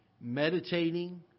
meditating